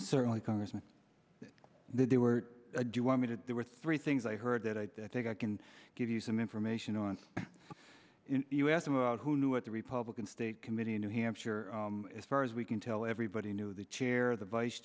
certainly congressman do or do you want me to there were three things i heard that i think i can give you some information on you asked him about who knew what the republican state committee in new hampshire as far as we can tell everybody knew the chair the vice